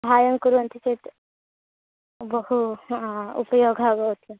सहायं कुर्वन्ति चेत् बहु उपयोगः भवति